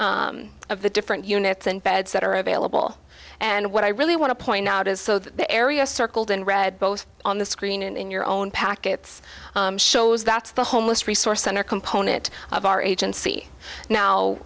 up of the different units and beds that are available and what i really want to point out is so the area circled in red both on the screen and in your own packets shows that the homeless resource center component of our agency now